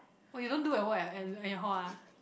oh you don't do your work at at home ah